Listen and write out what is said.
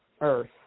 earth